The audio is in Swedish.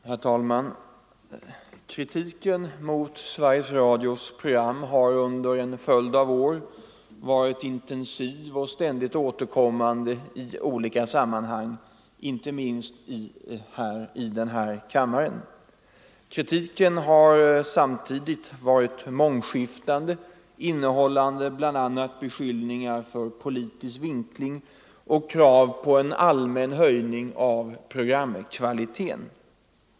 Herr talman! Kritiken mot Sveriges Radios program har under en följd av år varit intensiv och ständigt återkommande i olika sammanhang, inte minst i den här kammaren. Kritiken har samtidigt varit mångskiftande, innehållande bl.a. beskyllningar för politisk vinkling och krav på en allmän höjning av programkvaliteten.